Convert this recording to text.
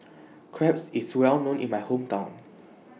Crepe IS Well known in My Hometown